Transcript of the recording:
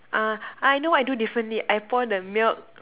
uh I know what I do differently I pour the milk